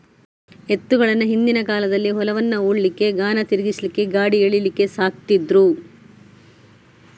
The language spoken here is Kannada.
ಎತ್ತುಗಳನ್ನ ಹಿಂದಿನ ಕಾಲದಲ್ಲಿ ಹೊಲವನ್ನ ಉಳ್ಲಿಕ್ಕೆ, ಗಾಣ ತಿರ್ಗಿಸ್ಲಿಕ್ಕೆ, ಗಾಡಿ ಎಳೀಲಿಕ್ಕೆ ಸಾಕ್ತಿದ್ರು